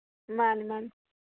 ꯃꯥꯅꯤ ꯃꯥꯅꯤ